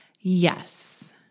Yes